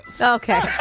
Okay